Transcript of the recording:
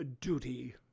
duty